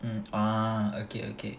mm ah okay okay